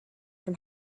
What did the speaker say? from